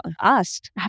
asked